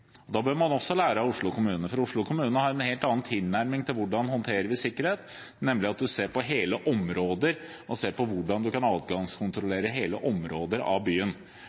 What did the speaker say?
også lære av Oslo kommune. For Oslo kommune har en helt annen tilnærming til hvordan en håndterer sikkerhet, nemlig å se på hele områder, å se på hvordan en kan adgangskontrollere hele områder av byen.